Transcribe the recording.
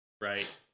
right